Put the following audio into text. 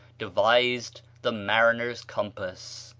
devised the mariner's compass.